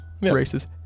races